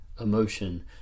emotion